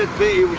be